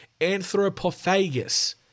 anthropophagus